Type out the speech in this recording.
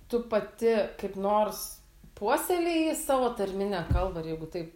tu pati kaip nors puoselėji savo tarminę kalbą ir jeigu taip